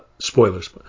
spoilers